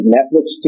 Netflix